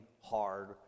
hard